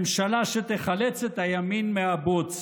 ממשלה שתחלץ את הימין מהבוץ,